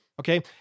okay